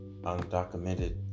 undocumented